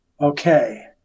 Okay